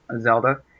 Zelda